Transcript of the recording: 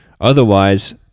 Otherwise